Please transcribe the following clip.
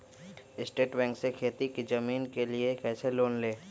State bank से खेती की जमीन के लिए कैसे लोन ले?